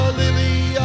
lily